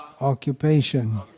Occupation